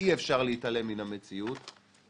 ואי-אפשר להתעלם מן המציאות,